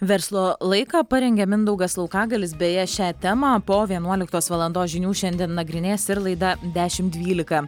verslo laiką parengė mindaugas laukagalis beje šią temą po vienuoliktos valandos žinių šiandien nagrinės ir laida dešim dvylika